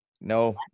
No